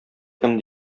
кем